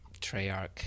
Treyarch